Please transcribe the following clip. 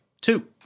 two